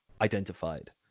identified